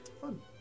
Fun